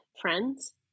friends